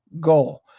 goal